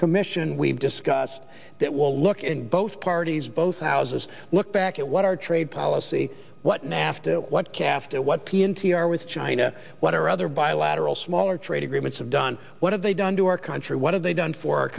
commission we've discussed that will look and both parties both houses look back at what our trade policy what nafta what kept it what p n t r with china what our other bilateral smaller trade agreements have done what have they done to our country what have they done for our